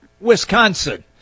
Wisconsin